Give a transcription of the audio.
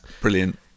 brilliant